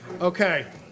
Okay